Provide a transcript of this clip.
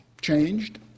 changed